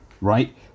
right